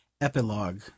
Epilogue